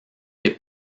des